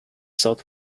south